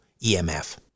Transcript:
emf